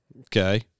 Okay